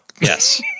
Yes